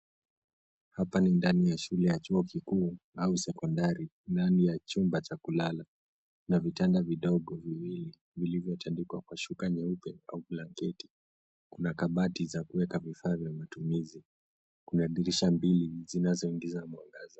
Hapa ni ndani ya shule ya chuo kikuu au sekondari ndani ya chumba cha kulala. Kuna vitanda vidogo viwili vilivyotandikwa kwa shuka nyeupe au blanketi. Kuna kabati za kuweka vifaa vya matumizi. Kuna dirisha mbili zinazoingiza mwangaza.